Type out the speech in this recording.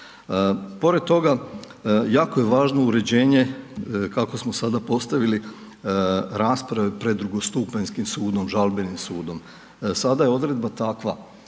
Pored toga, jako je važno uređenje, kako smo sada postavili, rasprave pred drugostupanjskim sudom, žalbenim sudom. Sada je odredba takva,